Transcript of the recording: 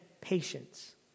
patience